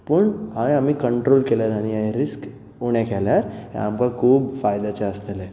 पूण हय आमी कंट्रोल केले आनी हें रिस्क उणें केल्यार हें आमकां खूब फायद्याचें आसतलें